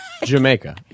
Jamaica